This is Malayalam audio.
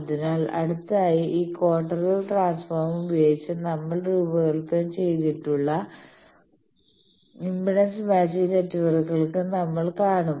അതിനാൽ അടുത്തതായി ഈ ക്വാർട്ടർ വേവ് ട്രാൻസ്ഫോർമർ ഉപയോഗിച്ച് നമ്മൾ രൂപകൽപ്പന ചെയ്തിട്ടുള്ള ഇംപെഡൻസ് മാച്ചിംഗ് നെറ്റ്വർക്കുകൾ നമ്മൾ കാണും